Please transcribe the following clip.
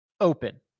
Open